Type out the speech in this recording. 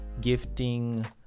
gifting